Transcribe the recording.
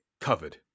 covered